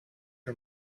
her